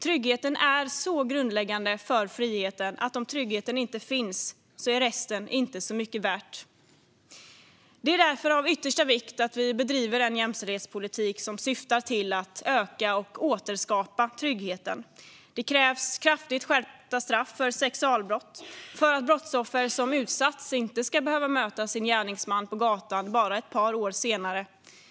Tryggheten är så grundläggande för friheten att om den inte finns är resten inte så mycket värt. Det är därför av yttersta vikt att vi bedriver en jämställdhetspolitik som syftar till att öka och återskapa tryggheten. Det krävs kraftigt skärpta straff för sexualbrott för att brottsoffer inte ska behöva möta gärningsmannen på gatan bara ett par år efter att brottet har begåtts.